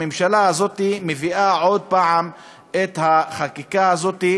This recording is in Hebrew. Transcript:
הממשלה הזאת מביאה עוד פעם את החקיקה הזאת,